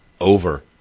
over